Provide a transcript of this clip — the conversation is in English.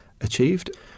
achieved